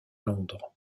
londres